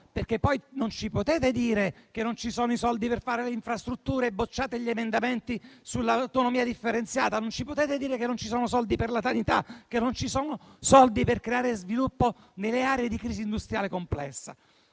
corta. Non ci potete dire che non ci sono i soldi per realizzare le infrastrutture e bocciate gli emendamenti sull'autonomia differenziata; non ci potete dire che non ci sono soldi per la sanità e che non ci sono soldi per creare sviluppo nelle aree di crisi industriale complessa.